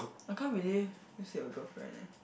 I can't believe you said your girlfriend eh